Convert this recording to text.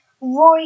Roy